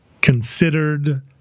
considered